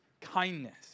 kindness